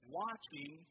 watching